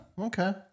okay